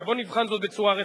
בוא ונבחן זאת בצורה רצינית.